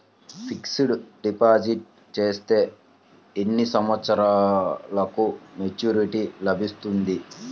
Fixed deposit చేస్తే ఎన్ని సంవత్సరంకు మెచూరిటీ లభిస్తుంది?